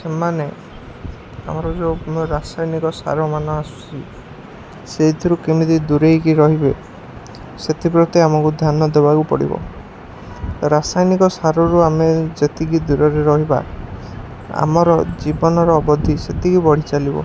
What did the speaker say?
ସେମାନେ ଆମର ଯେଉଁ ରାସାୟନିକ ସାର ମାନ ଆସୁଛି ସେଇଥିରୁ କେମିତି ଦୂରେଇକି ରହିବେ ସେଥିପ୍ରତି ଆମକୁ ଧ୍ୟାନ ଦେବାକୁ ପଡ଼ିବ ରାସାୟନିକ ସାରରୁ ଆମେ ଯେତିକି ଦୂରରେ ରହିବା ଆମର ଜୀବନର ଅବଧି ସେତିକି ବଢ଼ି ଚାଲିବ